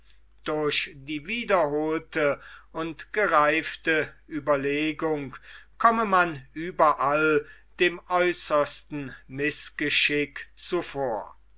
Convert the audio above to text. durch die wiederholte und gereifte ueberlegung komme man überall dem äußersten mißgeschick zuvor